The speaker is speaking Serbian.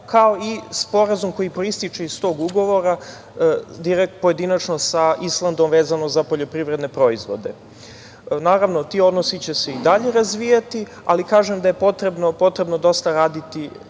kao i sporazum koji proističe iz tog ugovora pojedinačno sa Islandom vezano za poljoprivredne proizvode. Naravno, ti odnosi će se i dalje razvijati, ali kažem da je potrebno dosta raditi